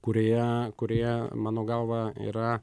kurioje kurioje mano galva yra